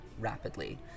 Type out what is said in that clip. rapidly